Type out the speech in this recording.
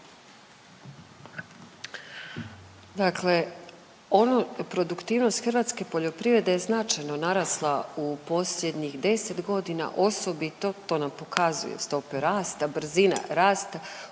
Dakle ono, produktivnost hrvatske poljoprivrede je značajno narasla u posljednjih 10 godina, osobito, to nam pokazuju stope rasta, brzina rasta